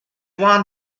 won